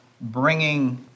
bringing